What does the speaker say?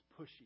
pushy